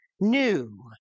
new